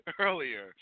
earlier